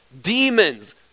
demons